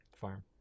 Farm